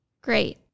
Great